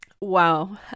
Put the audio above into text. Wow